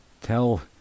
tell